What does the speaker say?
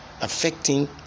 affecting